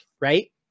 right